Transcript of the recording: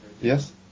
Yes